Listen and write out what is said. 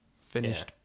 finished